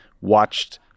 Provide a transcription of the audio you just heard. watched